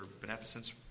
beneficence